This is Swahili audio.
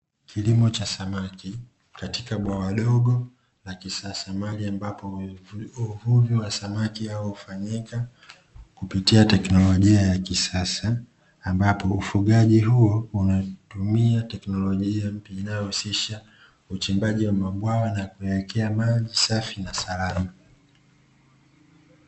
Kilimo cha samaki katika bwawa dogo la kisasa, mahali ambapo uvuvi huu wa samaki hufanyika kupitia teknolojia ya kisasa, ambapo ufugaji huo unatumia teknolojia inayohusisha uchimbaji wa mabwawa na kuwawekea maji safi na salama.